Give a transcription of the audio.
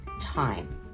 time